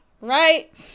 right